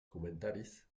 comentaris